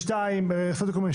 ב-4 שבע רשויות מקומיות,